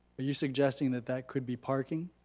are you suggesting that that could be parking?